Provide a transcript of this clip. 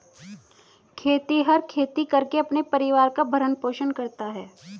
खेतिहर खेती करके अपने परिवार का भरण पोषण करता है